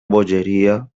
bogeria